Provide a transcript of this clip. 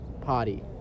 party